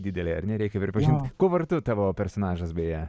didelė ar ne reikia pripažint kuo vardu tavo personažas beje